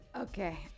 Okay